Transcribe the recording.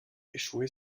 échouer